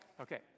Okay